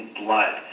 blood